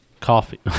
coffee